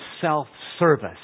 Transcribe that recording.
self-service